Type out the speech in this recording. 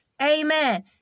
Amen